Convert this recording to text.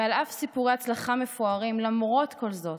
ועל אף סיפורי ההצלחה מפוארים, למרות כל זאת,